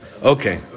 Okay